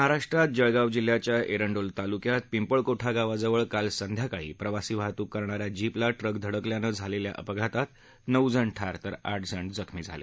महाराष्ट्रात जळगाव जिल्ह्याच्या एरंडोल तालुक्यात पिंपळकोठा गावाजवळ काल संध्याकाळी प्रवासी वाहतूक करणाऱ्या जीपला ट्रक धडकल्यानं झालेल्या अपघातात नऊ जण ठार तर आठ जण जखमी झाले